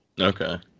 okay